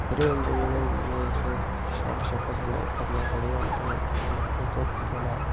फिरी औंदे उनेंगी एह् जेहड़े छल शप्ट न करने बड़े ओंदे ते ओह् लोकें गी धोखा देना